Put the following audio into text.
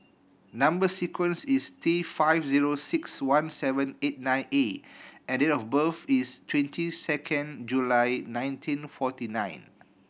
number sequence is T five zero six one seven eight nine A and date of birth is twenty second July nineteen forty nine